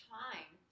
time